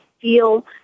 feel